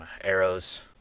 arrows